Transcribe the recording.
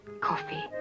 Coffee